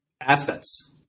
assets